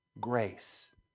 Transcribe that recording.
grace